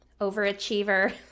Overachiever